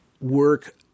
work